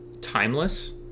timeless